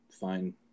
fine